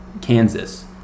Kansas